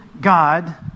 God